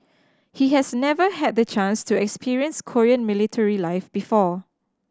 he has never had the chance to experience Korean military life before